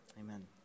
Amen